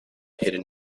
hidden